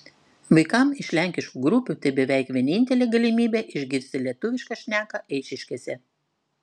vaikams iš lenkiškų grupių tai beveik vienintelė galimybė išgirsti lietuvišką šneką eišiškėse